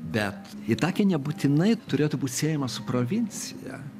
bet itakė nebūtinai turėtų būt siejamas su provincija